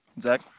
Zach